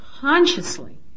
consciously